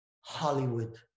Hollywood